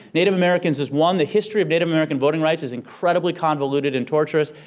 native americans is one. the history of native american voting rights is incredibly convoluted and torturous.